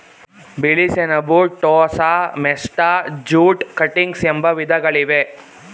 ಬಿಳಿ ಸೆಣಬು, ಟೋಸ, ಮೆಸ್ಟಾ, ಜೂಟ್ ಕಟಿಂಗ್ಸ್ ಎಂಬ ವಿಧಗಳಿವೆ